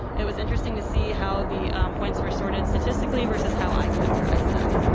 it was interesting to see how the points were sorted statistically versus how i categorize them.